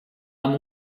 amb